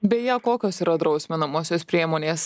beje kokios yra drausminamosios priemonės